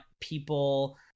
people